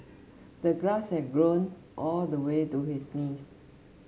the grass had grown all the way to his knees